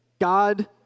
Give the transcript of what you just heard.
God